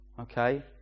okay